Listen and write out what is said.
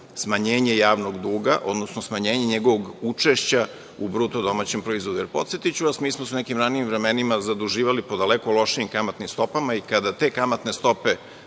smanjenje javnog duga odnosno smanjenje njegovog učešća u BDP.Podsetiću vas, mi smo se u nekim ranijim vremenima zaduživali po daleko lošijim kamatnim stopama i kada te kamatne stope